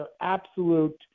absolute